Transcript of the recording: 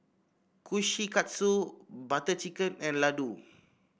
Kushikatsu Butter Chicken and Ladoo